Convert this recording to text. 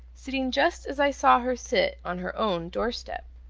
sitting just as i saw her sit on her own doorstep,